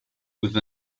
with